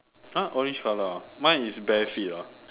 !huh! orange color ah mine is bare feet ah